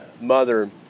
mother